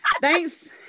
Thanks